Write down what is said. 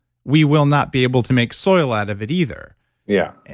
we will not be able to make soil out of it either yeah,